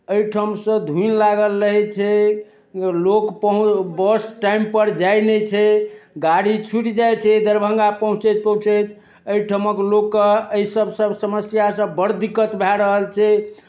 एहिठामसँ धुनि लागल रहे छै लोक पहुँच बस टाइमपर जाइ नहि छै गाड़ी छुटि जाइ छै दरभङ्गा पहुँचैत पहुँचैत एहिठामके लोकके एहिसब सब समस्यासँ बड़ दिक्कत भऽ रहल छै